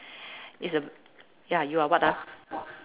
is a ya you are what ah